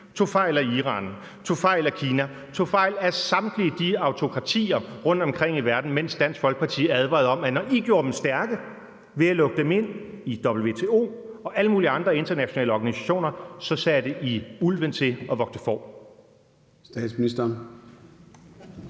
tog fejl af Iran, tog fejl af Kina og tog fejl af samtlige de her autokratier rundtom i verden, mens Dansk Folkeparti advarede om, at når I gjorde dem stærke ved at lukke dem ind i WTO og alle mulige andre internationale organisationer, så satte I ulven til at vogte får?